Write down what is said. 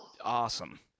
awesome